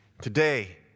Today